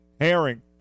Herring